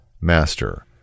Master